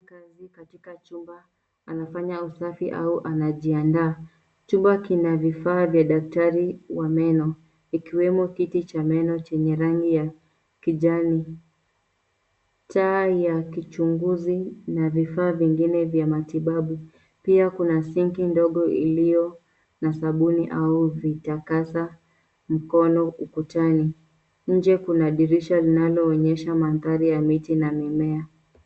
Mfanyakazi katika chumba anafanya usafi au anajiandaa. Chumba kina vifaa vya daktari wa meno. Ikiwemo kiti cha meno chenye rangi ya kijani. Taa ya kichunguzi na vifaa vyengine vya matibabu. Pia kuna sinki ndogo ilio na sabuni au vitakasa mkono ukutani. Nje kuna dirisha linalonyesha mandhari ya miti na mimea.